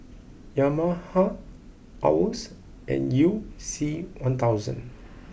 Yamaha Owls and you C one thousand